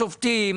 השופטים,